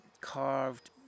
carved